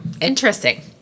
Interesting